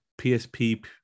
PSP